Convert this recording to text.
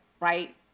right